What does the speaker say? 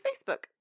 Facebook